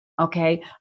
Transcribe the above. okay